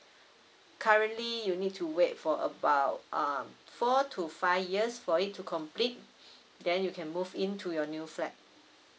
currently you need to wait for about err four to five years for it to complete then you can move into your new flat